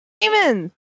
demons